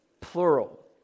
plural